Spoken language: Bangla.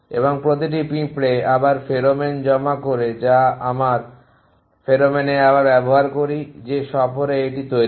এবং প্রতিটি পিঁপড়া আবার ফেরোমোন জমা করে যা আমরা ফেরোমনে আবার ব্যবহার করি যে সফরে এটি তৈরি করে